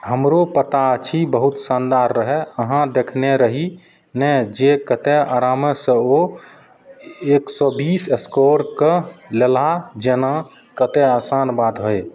हमरो पता अछि बहुत शानदार रहै अहाँ देखने रही ने जे कतेक आरामसे ओ एक सओ बीस स्कोर कऽ लेलाह जेना कतेक असान बात होइ